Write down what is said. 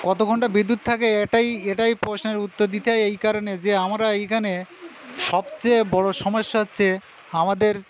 কত ঘণ্টা বিদ্যুৎ থাকে এটাই এটাই প্রশ্নের উত্তর দিতে হয় এই কারণে যে আমরা এইখানে সবচেয়ে বড় সমস্যা হচ্ছে আমাদের